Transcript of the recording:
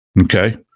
Okay